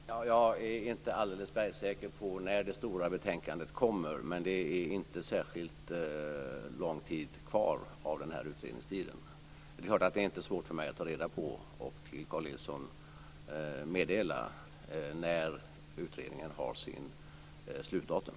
Fru talman! Jag är inte alldeles bergsäker på när det stora betänkandet kommer, men det är inte särskilt lång tid kvar av utredningstiden. Det är klart att det inte är svårt för mig att ta reda på och till Carl G Nilsson meddela när utredningen har sitt slutdatum.